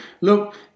Look